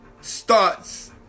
starts